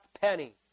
penny